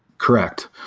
correct.